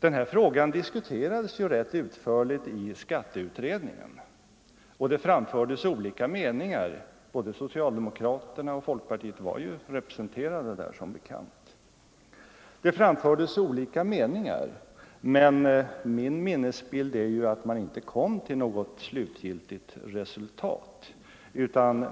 Den här frågan diskuterades ju rätt utförligt i skatteutredningen; både socialdemokraterna och folkpartiet var representerade där, som bekant. Det framfördes olika meningar, men min minnesbild är att man inte kom till något slutgiltigt resultat.